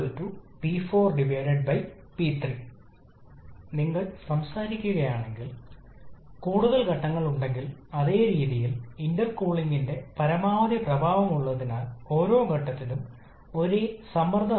അതേസമയം ചൂട് നിരസിക്കൽ സ്ഥിരമായ അളവിലാണ് ഓട്ടോ ഡീസൽ സൈക്കിളുകളിൽ ബ്രൈടൺ സൈക്കിളിന്റെ കാര്യത്തിൽ ഇത് നിരന്തരമായ സമ്മർദ്ദത്തിലാണ്